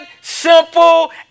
simple